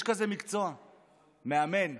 יש כזה מקצוע, מאמן.